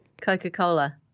Coca-Cola